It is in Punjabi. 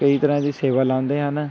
ਕਈ ਤਰ੍ਹਾਂ ਦੀ ਸੇਵਾ ਲਾਉਂਦੇ ਹਨ